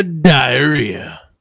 diarrhea